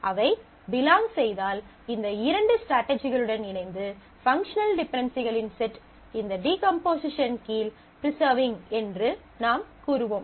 அவை பிலாங் செய்தால் இந்த இரண்டு ஸ்ட்ராடஜிகளுடன் இணைந்து பங்க்ஷனல் டிபென்டென்சிகளின் செட் இந்த டீகம்போசிஷன் கீழ் ப்ரிசர்விங் என்று நாம் கூறுவோம்